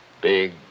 Big